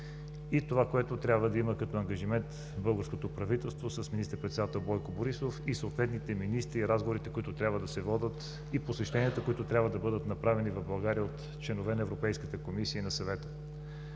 и това, което трябва да има като ангажимент българското правителство с министър-председател Бойко Борисов и съответните министри и разговорите, които трябва да се водят, и посещенията, които трябва да бъдат направени в България от членове на Европейската комисия и на Съвета.